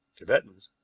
tibetans.